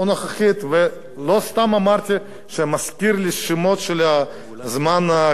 ולא סתם אמרתי שזה מזכיר לי שמות מהזמן של הקומוניסטים,